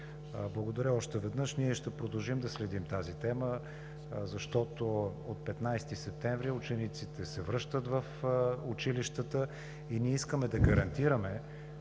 Благодаря още веднъж. Ние ще продължим да следим тази тема, защото от 15 септември учениците се връщат в училищата и искаме да гарантираме,